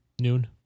Noon